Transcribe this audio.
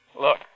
Look